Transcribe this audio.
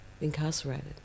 incarcerated